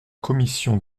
commission